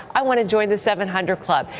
i want to join the seven hundred club.